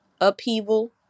upheaval